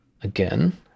Again